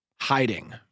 hiding